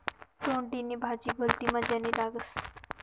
तोंडली नी भाजी भलती मजानी लागस